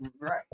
Right